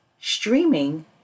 streaming